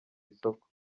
isoko